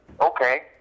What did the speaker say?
Okay